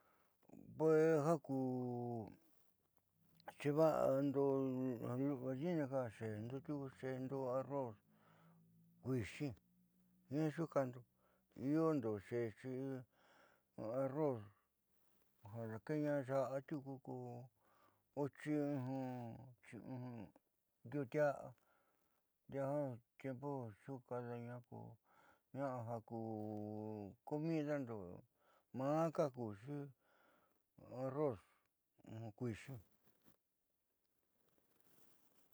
Pues ja ku xiiva'ando vaadi'inika ja xeendo tiuku xeendo arroz kuixi jiaa xuukaajndo iondo xeexi arroz ja daake'eña ya'a tiuku ko ndiutia'a ndiaá tiempu xuukaadaña ko ña'a ja ku comidando maaka ja kuxi arroz kuixi.